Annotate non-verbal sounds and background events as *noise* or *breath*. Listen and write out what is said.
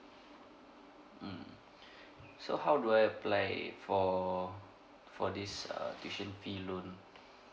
mm *breath* so how do I apply for for this uh tuition fee loan